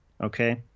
okay